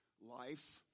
Life